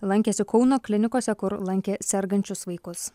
lankėsi kauno klinikose kur lankė sergančius vaikus